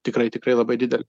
tikrai tikrai labai didelė